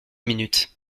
minutes